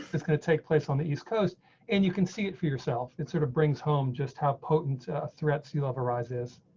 that's going to take place on the east coast and you can see it for yourself. it sort of brings home just how potent threats. you love arises.